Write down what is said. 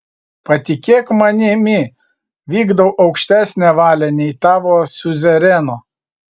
patikėk manimi vykdau aukštesnę valią nei tavo siuzereno